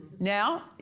Now